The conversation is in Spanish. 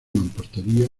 mampostería